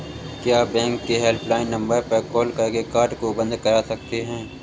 क्या बैंक के helpline number पर कॉल करके कार्ड को बंद करा सकते हैं?